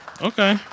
Okay